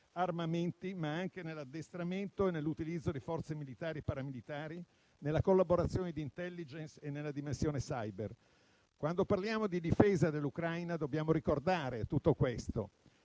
armamenti, ma anche nell'addestramento e nell'utilizzo di forze militari e paramilitari, nella collaborazione di *intelligence* e nella dimensione *cyber*. Quando parliamo di difesa dell'Ucraina dobbiamo ricordare tutto questo: